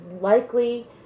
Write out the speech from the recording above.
likely